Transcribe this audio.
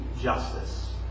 justice